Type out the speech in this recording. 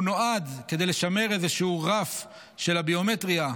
הוא נועד כדי לשמר איזשהו רף של הביומטריה,